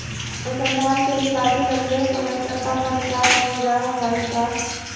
अनुसंधान के लिए काफी लंबे समय तक का फंड प्राप्त हो जा हई का